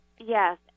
Yes